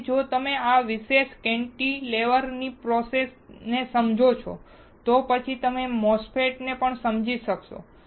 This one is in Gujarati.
ફરીથી જો તમે આ વિશિષ્ટ કેન્ટિલેવરની પ્રોસેસને સમજો છો તો પછી તમે MOSFETsને પણ સમજી શકશો